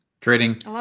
Trading